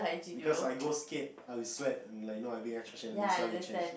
because I go skate I will sweat and like you know and everything so I will change